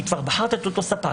היא כבר בחרה את אותו ספק.